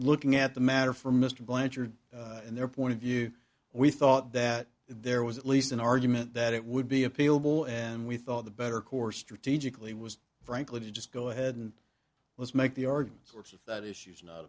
looking at the matter from mr blanchard and their point of view we thought that there was at least an argument that it would be appealable and we thought the better course strategically was frankly to just go ahead and let's make the argument sort of that issues not